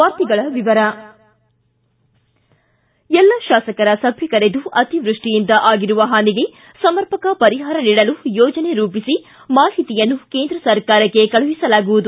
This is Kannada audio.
ವಾರ್ತೆಗಳ ವಿವರ ಎಲ್ಲ ಶಾಸಕರ ಸಭೆ ಕರೆದು ಅತಿವೃಷ್ಷಿಯಿಂದ ಆಗಿರುವ ಹಾನಿಗೆ ಸಮರ್ಪಕ ಪರಿಹಾರ ನೀಡಲು ಯೋಜನೆ ರೂಪಿಸಿ ಮಾಹಿತಿಯನ್ನು ಕೇಂದ್ರ ಸರ್ಕಾರಕ್ಕೆ ಕಳುಹಿಸಲಾಗುವುದು